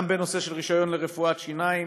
גם בנושא של רישיון לרפואת שיניים,